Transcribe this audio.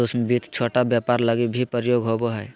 सूक्ष्म वित्त छोट व्यापार लगी भी प्रयोग होवो हय